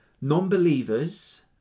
non-believers